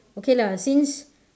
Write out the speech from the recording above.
okay lah since